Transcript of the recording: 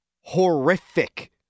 horrific